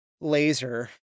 laser